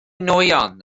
nwyon